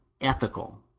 ethical